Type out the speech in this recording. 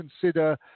consider